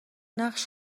نقش